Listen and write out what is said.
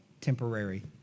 temporary